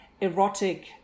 erotic